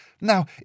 Now